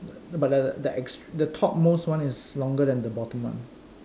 but the the ex the top most one is longer than the bottom one